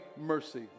mercy